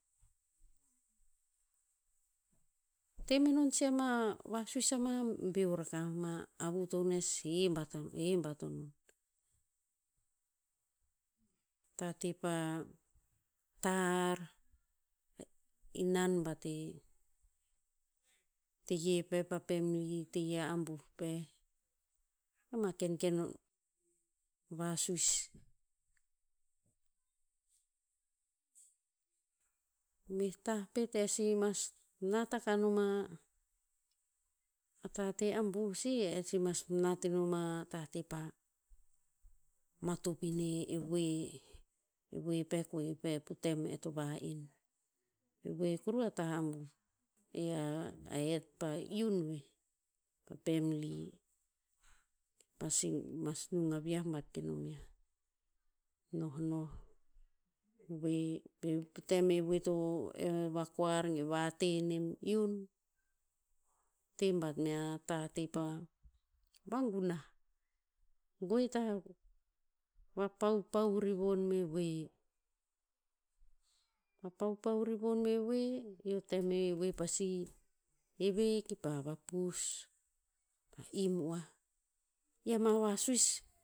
Te menon sih ama vasuis ama boer akah ma avu to nes he bat- he bat o non. Tate pa tar, inan bat e, teye pe pa family teye a abuh peh. Ama kenken vasuis. Meh tah pet e si mas, nat aka nom a, a tate abuh e si mas nat enom a tate matop ine, e voe. E voe peh- voe peh po tem e to va'en. E voe kuruh a tah a abuh. I a het pa iun veh, pa family. Pasi mas nung aviah bat kenom yiah. Nohnoh, veo pe po tem e voe to vakoar ge vate nem iun, te bat mea tate pa, vagunah. Goe ta vapaupau rivon me voe. Vapaupau rivon me voe, i o tem e voe pasi heve ki pa vapus, kipah im oah. I a ma vasuis